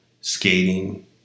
skating